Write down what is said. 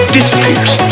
disappears